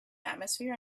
atmosphere